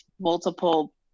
multiple